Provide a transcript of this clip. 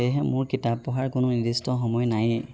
সেয়েহে মোৰ কিতাপ পঢ়াৰ কোনো নিৰ্দিষ্ট সময় নায়েই